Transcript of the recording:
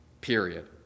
Period